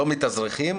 לא מתאזרחים,